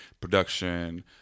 Production